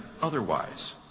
otherwise